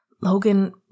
Logan